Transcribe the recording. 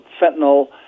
fentanyl